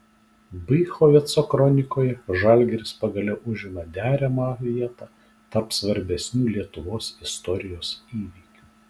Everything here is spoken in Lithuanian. bychoveco kronikoje žalgiris pagaliau užima deramą vietą tarp svarbesnių lietuvos istorijos įvykių